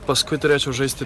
paskui turėčiau žaisti